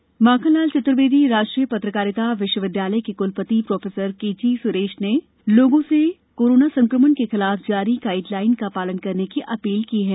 जन आन्दोलन माखनलाल चतुर्वेदी राष्ट्रीय पत्रकारिता विश्वविद्यालय के क्लपति प्रो के जी स्रेश ने लोगों से कोराना संक्रमण के खिलाफ जारी गाइड लाइन का पालन करने की अपील की है